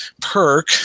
perk